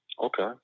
okay